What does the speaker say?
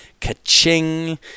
ka-ching